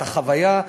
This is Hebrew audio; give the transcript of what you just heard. את החוויה,